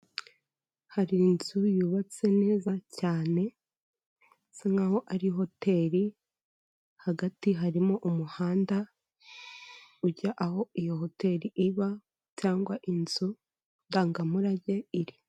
Hari inzu yubatse neza cyane isa nkaho ari hoteri. Hagati harimo umuhanda ujya aho iyo hotel iba cyangwa inzu ndangamurage iri...